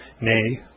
nay